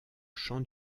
champ